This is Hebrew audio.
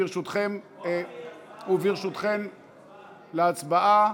ברשותכם וברשותכן, להצבעה.